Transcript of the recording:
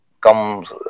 comes